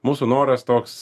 mūsų noras toks